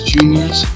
Juniors